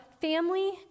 family